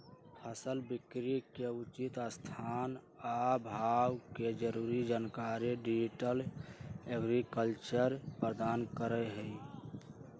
फसल बिकरी के उचित स्थान आ भाव के जरूरी जानकारी डिजिटल एग्रीकल्चर प्रदान करहइ